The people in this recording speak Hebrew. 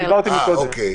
אודי,